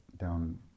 down